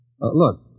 look